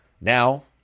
now